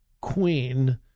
queen